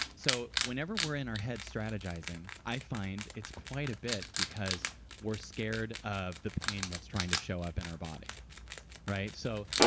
so, whenever we're in our head strategizing, i find it's quite a bit because we're scared of the pain that's trying to show up in our body so,